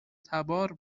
تبار